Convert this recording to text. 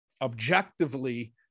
objectively